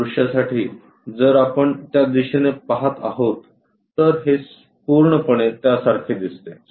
वरच्या दृश्यासाठी जर आपण त्या दिशेने पहात आहोत तर हे पूर्णपणे त्यासारखे दिसते